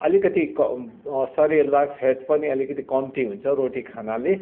fat अलिकति क शरीरलाई फ्याट पनि अलिकति कम्ती हुन्छ रोटी खानाले